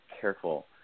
careful